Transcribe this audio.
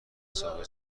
ساقی